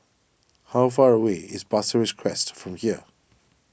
how far away is Pasir Ris Crest from here